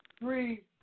three